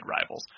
rivals